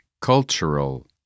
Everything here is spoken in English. Cultural